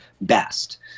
best